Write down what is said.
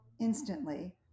instantly